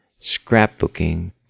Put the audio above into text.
scrapbooking